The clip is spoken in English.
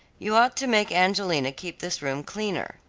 you ought to make angelina keep this room cleaner,